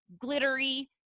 glittery